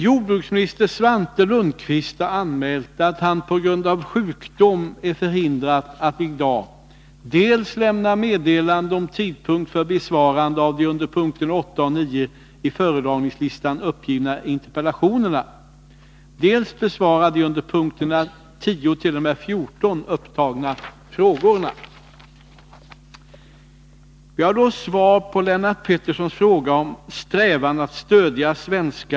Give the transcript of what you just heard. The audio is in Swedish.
Jordbruksminister Svante Lundkvist har anmält att han på grund av sjukdom är förhindrad att i dag dels lämna meddelande om tidpunkt för besvarande av de under punkterna 8 och 9 i föredragningslistan angivna interpellationerna, dels besvara de under punkterna 10-14 upptagna frågorna.